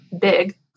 big